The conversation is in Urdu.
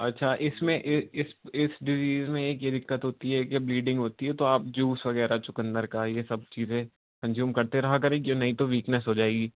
اچھا اس میں اس اس ڈزیز میں ایک یہ دقت ہوتی ہے کہ بلیڈنگ ہوتی ہے تو آپ جوس وغیرہ چقندر کا یہ سب چیزیں کنزیوم کرتے رہا کریں یہ نہیں تو ویکنیس ہو جائے گی